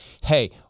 hey